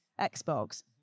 Xbox